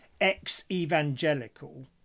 Ex-Evangelical